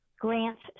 grants